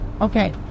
Okay